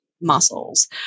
muscles